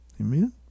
Amen